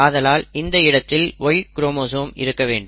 ஆதலால் இந்த இடத்தில் Y குரோமோசோம் இருக்க வேண்டும்